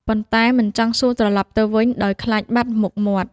ប៉ុន្តែមិនចង់សួរត្រឡប់ទៅវិញដោយខ្លាចបាត់មុខមាត់។